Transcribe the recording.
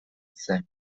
zen